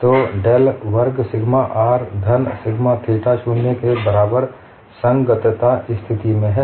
तो डेल वर्ग sigma r धन सिग्मा थीटा शून्य के बराबर संगतता स्थिति है